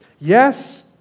Yes